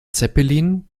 zeppelin